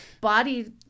body